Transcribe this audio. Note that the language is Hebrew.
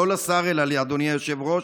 לא לשר אלא לאדוני היושב-ראש.